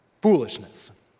Foolishness